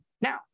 now